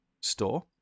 store